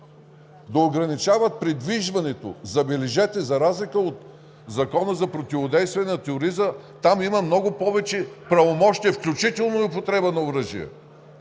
да ограничават придвижването, забележете, за разлика от Закона за противодействие на тероризма, там има много повече правомощия, включително и употреба на оръжие,